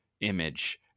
image